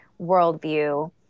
worldview